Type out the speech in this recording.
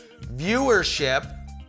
viewership